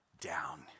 down